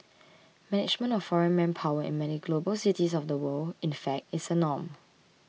management of foreign manpower in many global cities of the world in fact is a norm